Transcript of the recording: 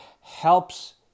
helps